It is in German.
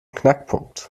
knackpunkt